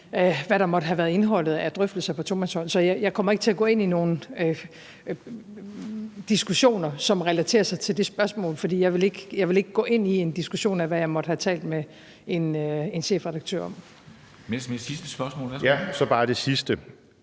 hvad der måtte have været indholdet af drøftelser på tomandshånd. Så jeg kommer ikke til at gå ind i nogen diskussioner, som relaterer sig til det spørgsmål, for jeg vil ikke gå ind i en diskussion af, hvad jeg måtte have talt med en chefredaktør om. Kl. 13:04 Formanden (Henrik